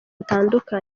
butandukanye